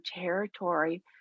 territory